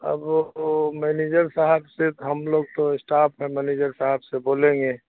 اب وہ مینیجر صاحب سے ہم لوگ تو اسٹاف ہیں مینیجر صاحب سے بولیں گے